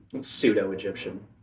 Pseudo-Egyptian